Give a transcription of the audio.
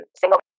single